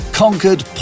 conquered